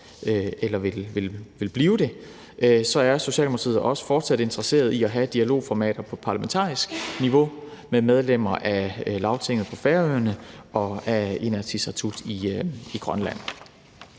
eller vil blive interesse for det, også fortsat er interesseret i at have dialogformater på parlamentarisk niveau med medlemmer af Lagtinget på Færøerne og Inatsisartut i Grønland.